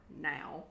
now